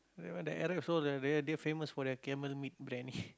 the Arab also they very they famous for their camel meat biryani